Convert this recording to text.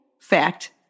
fact